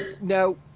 Now